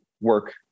work